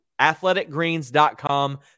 athleticgreens.com